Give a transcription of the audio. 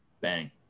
bang